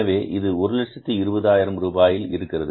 எனவே இது 120000 ரூபாயில் இருக்கிறது